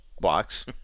box